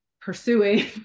pursuing